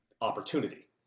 opportunity